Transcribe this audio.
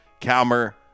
Calmer